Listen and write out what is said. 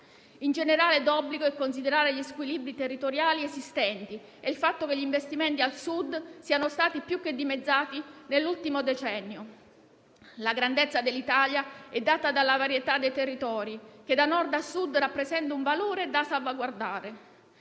In generale è d'obbligo considerare gli squilibri territoriali esistenti e il fatto che gli investimenti al Sud siano stati più che dimezzati nell'ultimo decennio. La grandezza dell'Italia è data dalla varietà dei territori, che da Nord a Sud rappresenta un valore da salvaguardare.